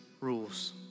rules